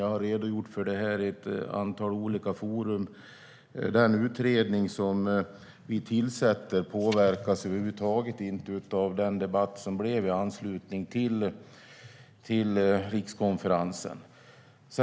Jag har redogjort för det i ett antal olika forum. Den utredning som vi tillsätter påverkas över huvud taget inte av den debatt som uppstod i anslutning till rikskonferensen.